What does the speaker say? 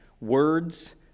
words